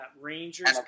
Rangers